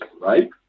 right